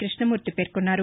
కృష్ణమూర్తి పేర్కొన్నారు